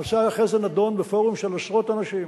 הנושא אחרי זה נדון בפורום של עשרות אנשים.